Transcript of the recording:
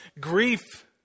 grief